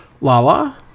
Lala